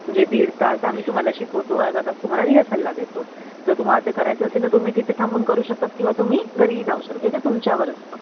म्हणजे दीड तास आम्ही तुम्हाला शिकवतो अर्धा तास तुम्हाला रिहर्सलला देतो जर तुम्हाला ते करायचं असेल तर तुम्ही तिथे थांबून करू शकता किंवा तुम्ही घरीही जाऊ शकते म्हणजे ते तुमच्यावर असतं